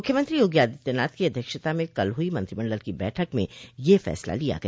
मुख्यमंत्री योगी आदित्यनाथ की अध्यक्षता में कल हुई मंत्रिमंडल की बैठक में यह फैसला लिया गया